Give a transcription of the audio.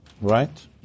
right